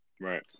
right